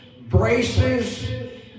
braces